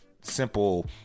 simple